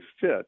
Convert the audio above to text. fit